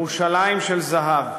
"ירושלים של זהב".